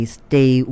stay